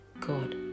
God